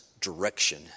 direction